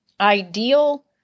Ideal